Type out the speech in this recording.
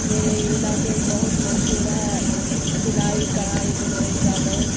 میرے علاقے میں بہت مشہور ہے سلائی کڑھائی بنائی کا بہت